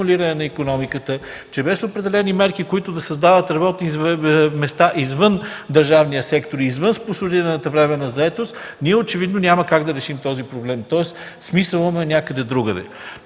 на икономиката, без определени мерки, които да създават работни места извън държавния сектор и извън спонсорираната временна заетост, очевидно няма как да решим този проблем, тоест смисълът му е някъде другаде.